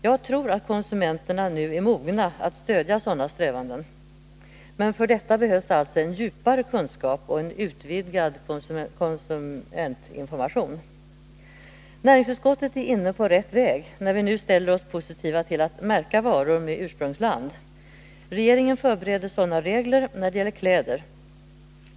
Jag tror att konsumenterna nu är mogna att stödja sådana strävanden. Men för detta behövs alltså en djupare kunskap och en utvidgad konsumentinformation. Näringsutskottet är inne på rätt väg, när vi nu ställer oss positiva till att märka varor med ursprungsland. Regeringen förbereder sådana regler när det gäller kläder.